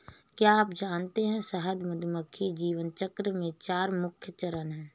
क्या आप जानते है शहद मधुमक्खी जीवन चक्र में चार मुख्य चरण है?